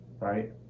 right